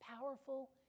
powerful